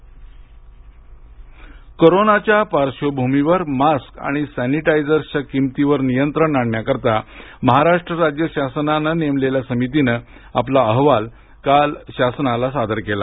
मुंबई कोरोनाच्या पार्श्वभूमीवर मास्क आणि सॅनिटायझरच्या किंमतीवर नियंत्रण आणण्याकरिता महाराष्ट्र राज्य शासनानं नेमलेल्या समितीने आपला अहवाल काल राज्य शासनाला सादर केला